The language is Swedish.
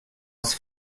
oss